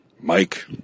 Mike